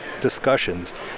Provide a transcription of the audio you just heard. discussions